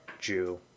Jew